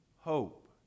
hope